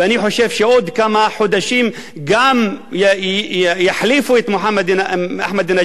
ואני חושב שעוד כמה חודשים גם יחליפו את מחמוד אחמדינג'אד